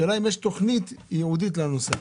השאלה אם יש תכנית ייעודית לנושא הזה.